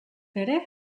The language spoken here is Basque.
ere